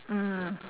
mm